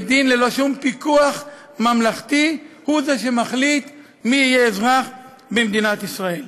בית-דין ללא שום פיקוח ממלכתי הוא זה שמחליט מי יהיה אזרח במדינת ישראל.